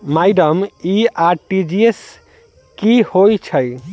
Madam इ RTGS की होइ छैय?